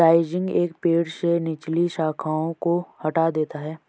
rising एक पेड़ से निचली शाखाओं को हटा देता है